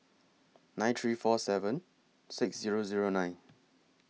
nine three four seven six Zero Zero nine